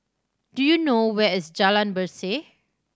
do you know where is Jalan Berseh